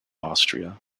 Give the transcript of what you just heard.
austria